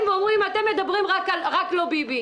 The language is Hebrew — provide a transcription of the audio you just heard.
ואומרים: אתם מדברים על "רק לא ביבי".